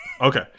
Okay